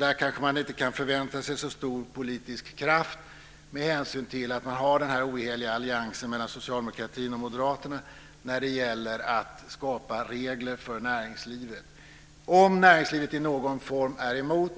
Där kanske man inte kan förvänta sig så stor politisk kraft med hänsyn till den oheliga alliansen mellan Socialdemokraterna och Moderaterna när det gäller att skapa regler för näringslivet. Om näringslivet i någon form är emot